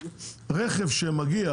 רכב שמגיע